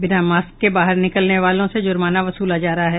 बिना मास्क के बाहर निकलने वालों से जुर्माना वसूला जा रहा है